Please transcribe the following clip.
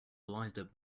blinded